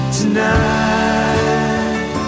tonight